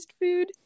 food